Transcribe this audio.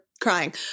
crying